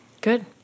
Good